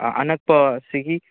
ꯑꯅꯛꯄ ꯁꯤꯒꯤ